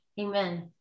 amen